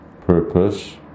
purpose